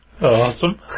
Awesome